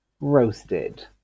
Roasted